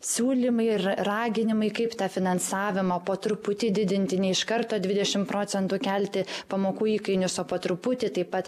siūlymai ir r raginimai kaip tą finansavimą po truputį didinti ne iš karto dvidešim procentų kelti pamokų įkainius o po truputį taip pat